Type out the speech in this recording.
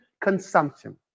consumption